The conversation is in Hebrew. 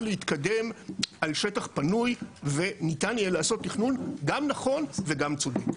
להתקדם על שטח פנוי וניתן יהיה לעשות תכנון גם נכון וגם צודק.